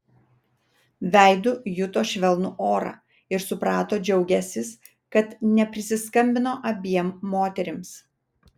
veidu juto švelnų orą ir suprato džiaugiąsis kad neprisiskambino abiem moterims